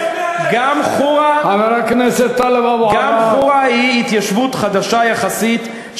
גם חורה היא התיישבות חדשה יחסית,